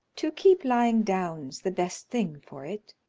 to keep lying down's the best thing for it.